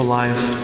life